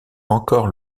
encore